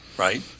Right